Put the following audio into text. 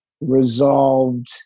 resolved